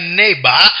neighbor